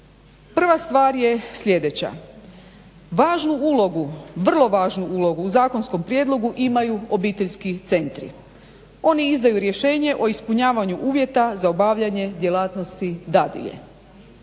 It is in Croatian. Prva stvar je sljedeća, važnu ulogu, vrlo važnu ulogu u zakonskom prijedlogu imaju obiteljski centi. Oni izdaju rješenje o ispunjavanju uvjeta za obavljanje djelatnosti dadilje.